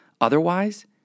Otherwise